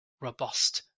robust